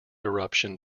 eruption